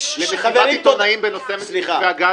בדברי הפתיחה שלך